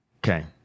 Okay